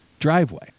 driveway